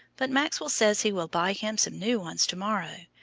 but maxwell says he will buy him some new ones to-morrow.